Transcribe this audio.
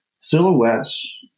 silhouettes